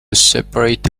separate